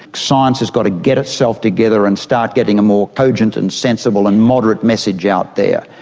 science has got to get itself together and start getting a more cogent and sensible and moderate message out there.